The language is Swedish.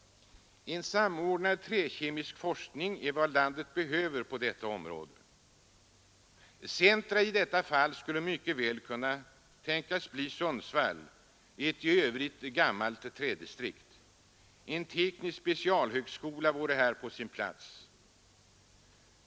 En samordnad träkemisk forskning är vad landet behöver på detta område. Centrum i detta fall skulle mycket väl kunna tänkas bli Sundsvall — i övrigt ett gammalt trädistrikt. En teknisk specialhögskola vore här på sin plats.